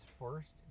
first